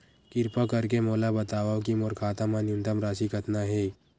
किरपा करके मोला बतावव कि मोर खाता मा न्यूनतम राशि कतना हे